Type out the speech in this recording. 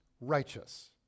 righteous